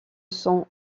son